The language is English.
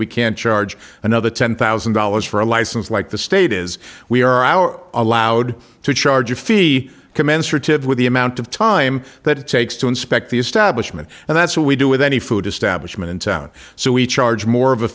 we can't charge another ten thousand dollars for a license like the state is we are our allowed to charge a fee commensurate iwm with the amount of time that it takes to inspect the establishment and that's what we do with any food establishment in town so we charge more of a